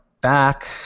back